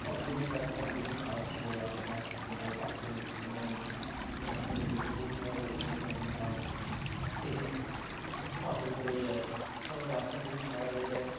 of roading রাস্তা খুবই খারাপ ছিল রাস্তা কোথায় পাথর এবং রাস্তা দিয়ে যেতে খুবই ভয় লাগছিল কখন পাহাড় থেকে পাথর পড়ে যায় এবং রাস্তা খুবই খারাপ হয়ে যায়